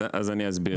אז אני אסביר.